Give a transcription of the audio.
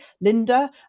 Linda